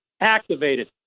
activated